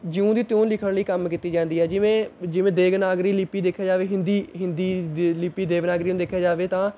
ਜਿਉਂ ਦੀ ਤਿਉਂ ਲਿਖਣ ਲਈ ਕੰਮ ਕੀਤੀ ਜਾਂਦੀ ਹੈ ਜਿਵੇਂ ਜਿਵੇਂ ਦੇਗਨਾਗਰੀ ਲਿਪੀ ਦੇਖਿਆ ਜਾਵੇ ਹਿੰਦੀ ਹਿੰਦੀ ਦ ਲਿਪੀ ਦੇਵਨਾਗਰੀ ਨੂੰ ਦੇਖਿਆ ਜਾਵੇ ਤਾਂ